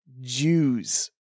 Jews